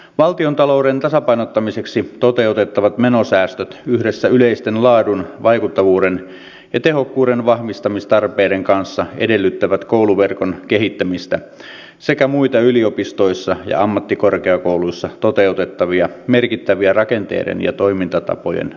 valtiontalouden tasapainottamiseksi toteutettavat menosäästöt yhdessä yleisten laadun vaikuttavuuden ja tehokkuuden vahvistamistarpeiden kanssa edellyttävät kouluverkon kehittämistä sekä muita yliopistoissa ja ammattikorkeakouluissa toteutettavia merkittäviä rakenteiden ja toimintatapojen uudistuksia